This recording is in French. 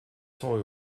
cents